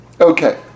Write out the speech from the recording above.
Okay